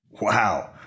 Wow